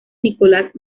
nicolás